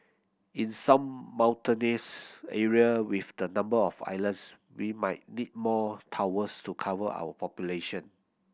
in some mountainous area with the number of islands we might need more towers to cover our population